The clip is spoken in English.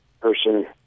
person